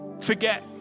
forget